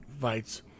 fights